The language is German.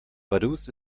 vaduz